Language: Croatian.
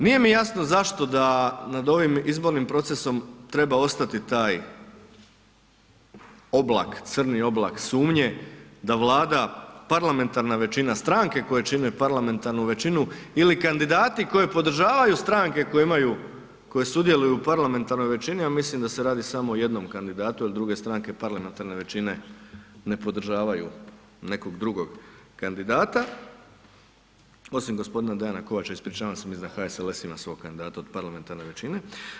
Nije mi jasno zašto da nad ovim izbornim procesom treba ostati taj oblak, crni oblak sumnje da Vlada, parlamentarna većina stranke koje čine parlamentarnu većinu ili kandidati koji podržavaju stranke koje imaju, koje sudjeluju u parlamentarnoj većini, a mislim da se radi samo o jednom kandidatu jer druge stranke parlamentarne većine ne podržavaju nekog drugog kandidata, osim gospodina Dejana Kovača, ispričavam se mislim da HSLS ima svog kandidata od parlamentarne većine.